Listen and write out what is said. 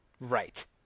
Right